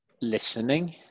listening